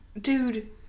dude